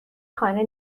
خانه